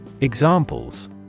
Examples